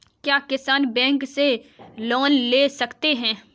क्या किसान बैंक से लोन ले सकते हैं?